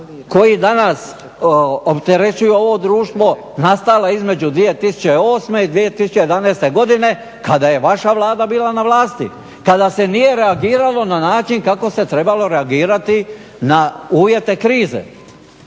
koji danas opterećuju ovo društvo nastalo između 2008. i 2011. godine kada je vaša Vlada bila na vlasti, kada se nije reagiralo na način kako se trebalo reagirati na uvjete krize.